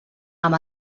amb